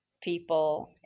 people